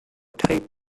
type